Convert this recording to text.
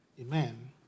Amen